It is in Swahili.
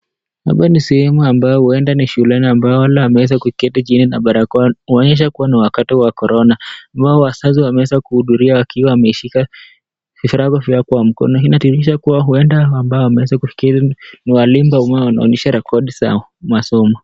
Hapa ni sehemu ambayo huenda ni shuleni ambapo wale ambao wameweza kuketi chini na barakoa kuonyesha kuwa ni wakati wa corona. Wazazi wazazi wameweza kuhudhuria wakiwa wameshika virago vyao kwa mkono, Inadhihirisha kuwa ambao wameweza kufikiri ni walimu ambao wanaonyesha rekodi zao masomo.